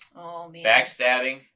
Backstabbing